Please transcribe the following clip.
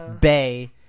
Bay